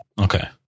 okay